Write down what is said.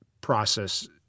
Process